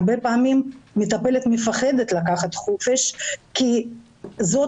הרבה פעמים מטפלת מפחדת לקחת חופש כי זאת